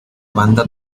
banda